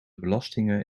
belastingen